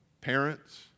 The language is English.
Parents